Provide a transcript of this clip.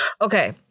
Okay